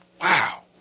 Wow